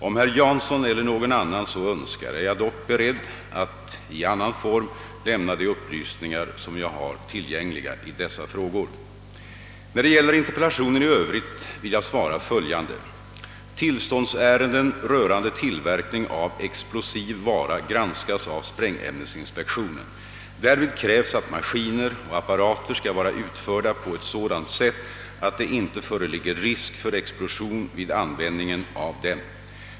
Om herr Jansson eller någon annan så Önskar, är jag dock beredd att i annan form lämna de upplysningar som jag har tillgängliga i dessa frågor. När det gäller interpellationen i Övrigt vill jag svara följande. Tillståndsärenden rörande tillverkning av explosiv vara granskas av sprängämnesinspektionen. Därvid krävs att maskiner och apparater skall vara utförda på ett sådant sätt att det inte föreligger risk för explosion vid användningen av dem.